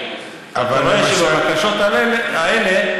אבל לגבי הבקשות האלה,